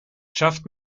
schafft